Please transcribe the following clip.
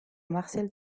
marcel